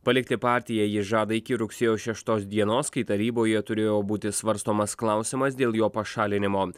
palikti partiją jis žada iki rugsėjo šeštos dienos kai taryboje turėjo būti svarstomas klausimas dėl jo pašalinimo